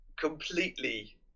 completely